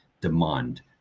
demand